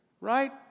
right